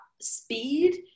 speed